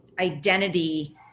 identity